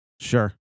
Sure